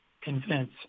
convince